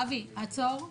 אבי, עצור.